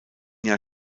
jahr